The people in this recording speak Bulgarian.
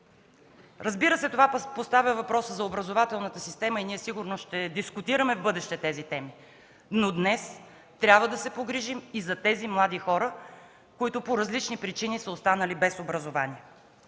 Разбира се, това поставя въпроса и за образователната система и ние сигурно ще дискутираме в бъдеще тези теми. Днес обаче трябва да се погрижим и за тези млади хора, които по различни причини са останали без образование.